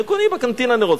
הם קונים בקנטינה נרות.